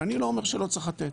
ואני לא אומר שלא צריך לתת,